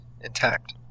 intact